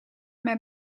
mij